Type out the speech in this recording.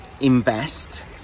invest